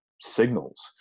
signals